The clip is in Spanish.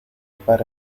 para